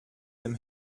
dem